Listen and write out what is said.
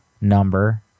number